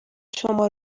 شما